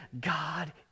God